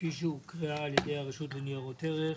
כפי שהוקראה על ידי הרשות לניירות ערך.